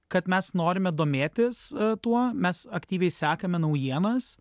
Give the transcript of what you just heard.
kad mes norime domėtis tuo mes aktyviai sekame naujienas